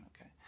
okay